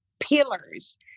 pillars